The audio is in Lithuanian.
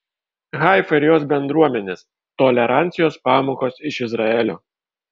haifa ir jos bendruomenės tolerancijos pamokos iš izraelio